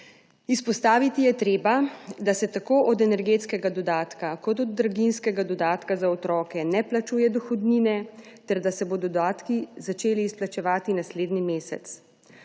Izpostaviti je treba, da se tako od energetskega dodatka kot od draginjskega dodatka za otroke ne plačuje dohodnina ter da se bodo dodatki začeli izplačevati naslednji mesec.